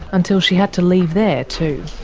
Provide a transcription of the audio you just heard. until she had to leave there too.